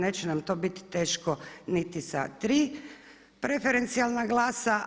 Neće nam to biti teško niti sa tri preferencijalna glasa.